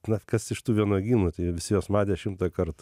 na kas iš tų vynuogynų visi juos matę šimtąkart